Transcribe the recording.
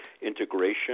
integration